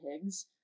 pigs